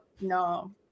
no